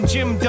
Jim